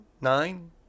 Nine